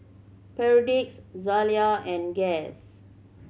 Perdix Zalia and Guess